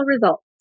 results